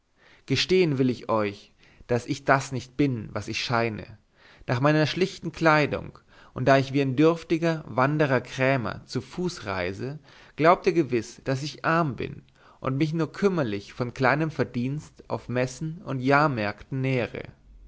gestehen will ich euch daß ich das nicht bin was ich scheine nach meiner schlichten kleidung und da ich wie ein dürftiger wandernder krämer zu fuß reise glaubt ihr gewiß daß ich arm bin und mich nur kümmerlich von kleinem verdienst auf messen und jahrmärkten nähre